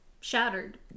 shattered